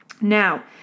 Now